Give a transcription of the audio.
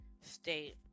state